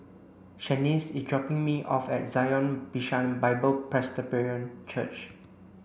Shaniece is dropping me off at Zion Bishan Bible Presbyterian Church